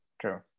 True